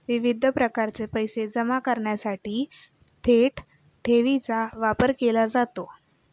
विविध प्रकारचे पैसे जमा करण्यासाठी थेट ठेवीचा वापर केला जातो